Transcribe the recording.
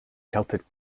celtic